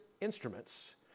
instruments